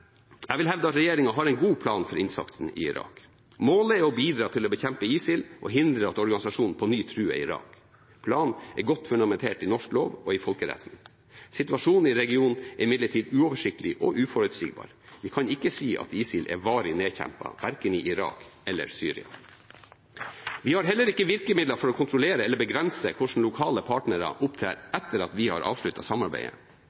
Jeg vil hevde at regjeringen har en god plan for innsatsen i Irak. Målet er å bidra til å bekjempe ISIL og hindre at organisasjonen på ny truer Irak. Planen er godt fundert i norsk lov og i folkeretten. Situasjonen i regionen er imidlertid uoversiktlig og uforutsigbar. Vi kan ikke si at ISIL er varig nedkjempet verken i Irak eller i Syria. Vi har heller ikke virkemidler for å kontrollere eller begrense hvordan lokale partnere opptrer etter at vi har avsluttet samarbeidet.